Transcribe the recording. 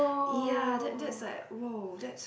ya that that's like !woah! that's